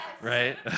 right